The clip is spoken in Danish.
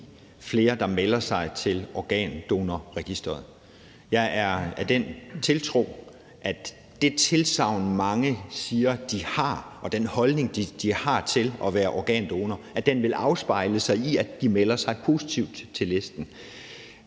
flere, der melder sig til Organdonorregisteret. Jeg har tiltro til, at det tilsagn, mange har givet, og den holdning, de har til at være organdonor, vil afspejle sig i, at de melder sig positivt på listen.